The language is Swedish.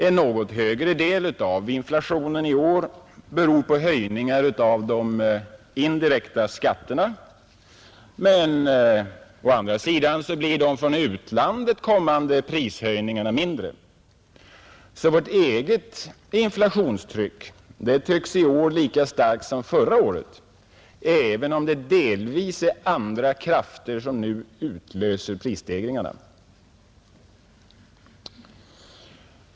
En något större del av inflationen i år beror på höjningar av de indirekta skatterna, men å andra sidan blir de från utlandet kommande prishöjningarna mindre. Vårt eget inflationstryck tycks i år vara lika starkt som förra året, även om det delvis är andra krafter som nu utlöser prisstegringarna.